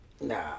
Nah